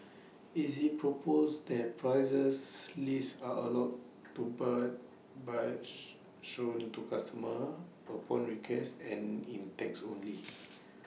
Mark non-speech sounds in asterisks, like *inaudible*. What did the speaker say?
is IT proposed that prices lists are allowed to but by *noise* shown to customers upon request and in text only *noise*